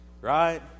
right